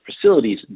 facilities